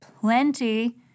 plenty